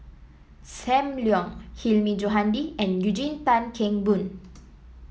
Sam Leong Hilmi Johandi and Eugene Tan Kheng Boon